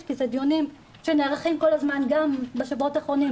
כי אלה דיונים שנערכים כל הזמן גם בשבועות האחרונים.